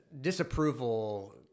disapproval